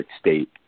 state